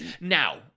Now